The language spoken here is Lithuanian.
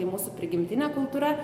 tai mūsų prigimtinė kultūra